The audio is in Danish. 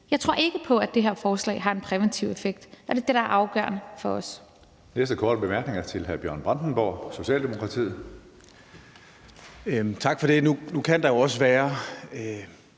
Jeg tror ikke på, at det her forslag har en præventiv effekt, og det er det, der er afgørende for os.